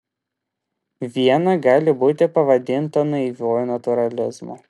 viena gali būti pavadinta naiviuoju natūralizmu